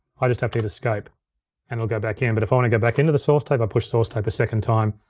i just have to hit escape and it'll go back in, but if i wanna go back into the source tape, i push source tape a second time.